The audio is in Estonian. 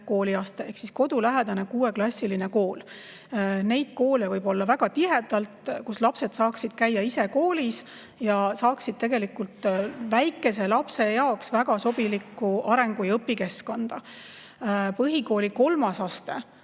kooliaste. Ehk siis kodulähedane kuueklassiline kool. Neid koole võib olla väga tihedalt, et lapsed saaksid käia ise koolis ja saaksid tegelikult väikese lapse jaoks väga sobiliku arengu‑ ja õpikeskkonna. Põhikooli kolmas aste